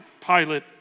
Pilate